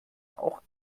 auch